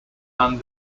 and